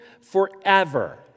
forever